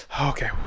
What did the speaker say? okay